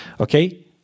Okay